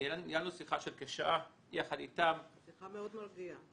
ניהלנו שיחה של כשעה יחד איתם, שיחה מאוד מרגיעה.